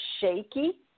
shaky